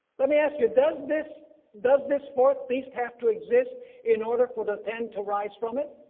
let me ask you does this does this fourth beast have to exist in order for the ten to rise from it?